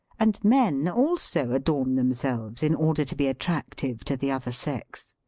and men also adorn themselves in order to be attrac tive to the other sex.